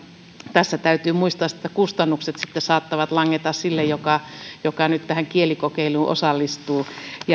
tässä täytyy muistaa että kustannukset sitten saattavat langeta sille joka joka nyt tähän kielikokeiluun osallistuu